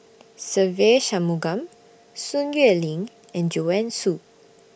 Se Ve Shanmugam Sun Xueling and Joanne Soo